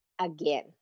again